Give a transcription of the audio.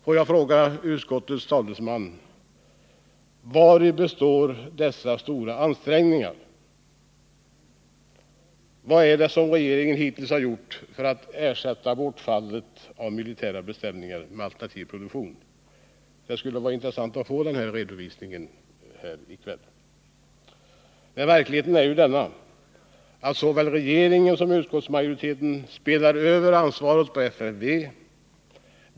Får jag fråga utskottets talesman: Vari består dessa stora ansträngningar? Vad är det som regeringen hittills har gjort för att ersätta bortfallet av militära beställningar med alternativ produktion? Det skulle vara intressant att få en redovisning av detta här i kväll. Verkligheten är ju den att såväl regeringen som utskottsmajoriteten spelar över ansvaret på FFV.